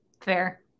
fair